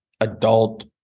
adult